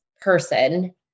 person